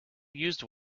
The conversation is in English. used